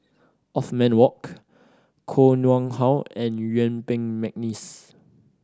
Othman Wok Koh Nguang How and Yuen Peng McNeice